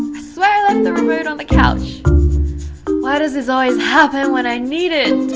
swear i left the remote on the couch why does this always happen when i needed.